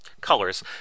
colors